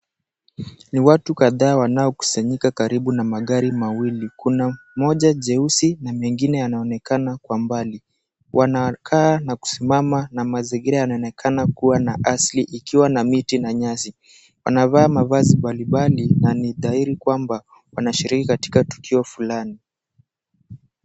Ni watu kadhaa wanao kusanyika karibu na magari mawili. Kuna moja jeusi na mengine yanaonekana kwa mbali. Wanakaa na kusimama na mazingira yanaonekana kuwa na asili ikiwa na miti na nyasi. Wanavaa mavazi mbali mbali na ni dhahiri kwamba wanashiriki katika tukio fulani.